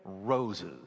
roses